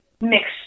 mixed